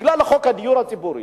בגלל חוק הדיור הציבורי,